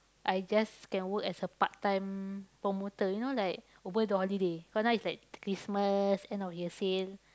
I just can work as a part-time promoter you know like over the holiday because now it's like Christmas end of year sale